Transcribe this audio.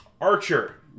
Archer